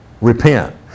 repent